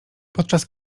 podczas